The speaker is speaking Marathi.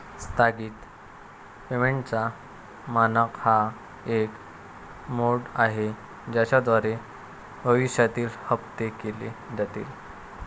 स्थगित पेमेंटचा मानक हा एक मोड आहे ज्याद्वारे भविष्यातील हप्ते केले जातील